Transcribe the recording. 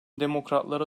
demokratlara